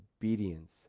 obedience